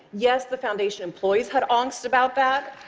yes, the foundation employees had angst about that.